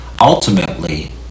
ultimately